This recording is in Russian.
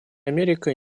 америка